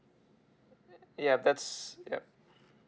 err ya that's yup